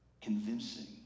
convincing